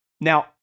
Now